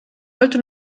wollte